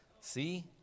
See